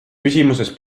küsimuses